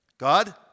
God